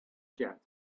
jet